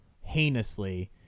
heinously